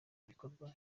igikorwa